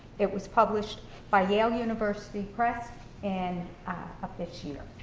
it was published by yale university press and of this year.